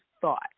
thought